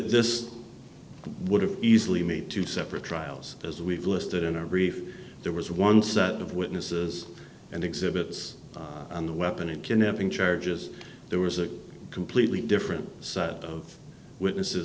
this would have easily made two separate trials as we've listed in our brief there was one set of witnesses and exhibits on the weapon and connecting charges there was a completely different set of witnesses